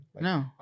No